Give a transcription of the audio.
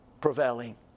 prevailing